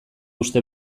uste